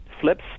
flips